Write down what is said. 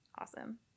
Awesome